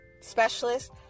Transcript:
specialist